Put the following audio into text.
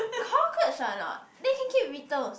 cockroach are not they can keep whittle